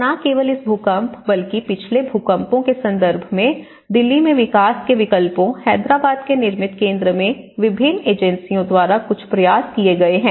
और न केवल इस भूकंप बल्कि पिछले भूकंपों के संदर्भ में दिल्ली में विकास के विकल्पों हैदराबाद के निर्मिती केंद्र में विभिन्न एजेंसियों द्वारा कुछ प्रयास किए गए हैं